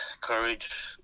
courage